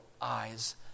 eyes